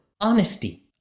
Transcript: Honesty